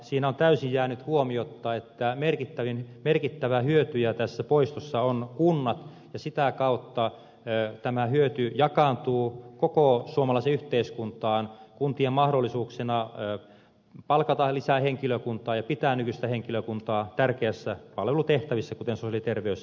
siinä on täysin jäänyt huomiotta että merkittävä hyötyjä tässä poistossa ovat kunnat ja sitä kautta tämä hyöty jakaantuu koko suomalaiseen yhteiskuntaan kuntien mahdollisuuksina palkata lisää henkilökuntaa ja pitää nykyistä henkilökuntaa tärkeissä palvelutehtävissä kuten sosiaali ja terveys ja opetustoimessa